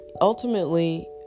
ultimately